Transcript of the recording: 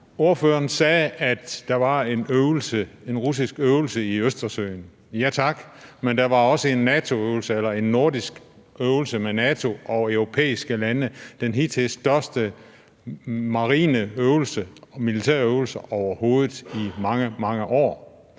Ordføreren sagde, at der var en russisk øvelse i Østersøen. Ja tak, men der var også en NATO-øvelse eller en nordisk øvelse med NATO og europæiske lande, den hidtil største marine militærøvelse overhovedet i mange,